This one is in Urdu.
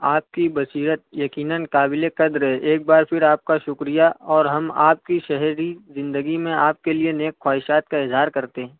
آپ کی بصیرت یقیناً قابل قدر ہے ایک بار پھر آپ کا شکریہ اور ہم آپ کی شہری زندگی میں آپ کے لیے نیک خواہشات کا اظہار کرتے ہیں